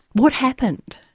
what happened?